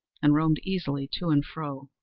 and roamed easily to and fro.